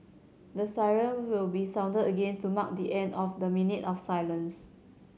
the siren will be sounded again to mark the end of the minute of silence